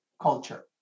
culture